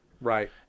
Right